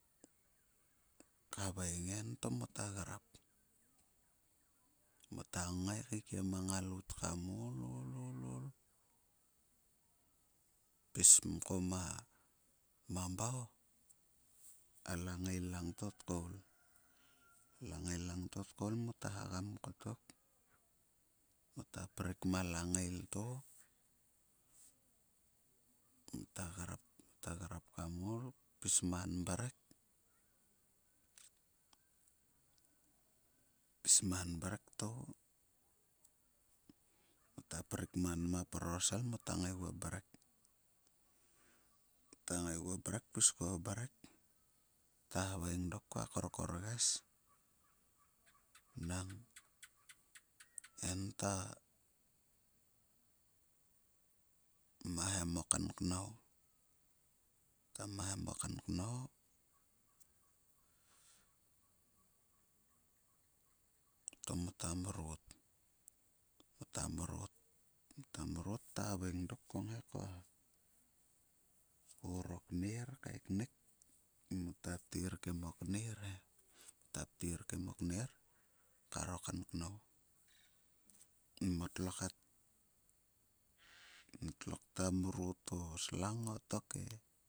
Khaveng en to mota grap. Mota ngongai keikiem a ngalout kam ol, ol, ol kpis mko ma mambau. A langael langto tkoul. A langael langto tkoul mota hagam kottok. Mota prikma langail to mota grap. Mota grap kam ol kpis man mrek. Kpis man mrek to mota prik man ma prorsel to mota ngaguo mrek. Mota ngaigou mrep kpis kuo mrek, ta haveing dokâ kuaâ korkorges nang en ta mahem o kanknao. Ta mahem o kan knao to mota mrot. Mota mrot, mota mrot to haveing dok kua ngai, ka or o kner. Kua or o kner kaeknik mota ptir kim o kner he. Mota ptir kim o kner kar o kanknao. Motlo kta mriot o slang tok e.